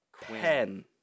Pen